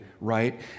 right